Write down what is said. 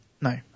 No